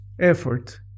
effort